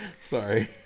Sorry